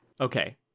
Okay